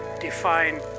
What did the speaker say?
define